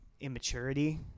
immaturity